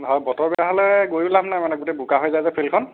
আৰু বতৰ বেয়া হ'লে মানে গৈও লাভ নাই মানে গোটেই বোকা হৈ যায় যে ফিল্ডখন